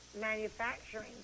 manufacturing